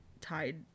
tied